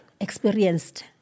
experienced